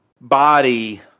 body